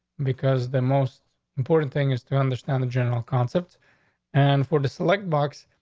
because the most important thing is to understand the general concept and for the select box,